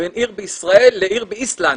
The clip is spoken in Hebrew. בין עיר בישראל לעיר באיסלנד,